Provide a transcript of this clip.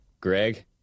Greg